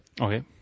Okay